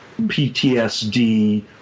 ptsd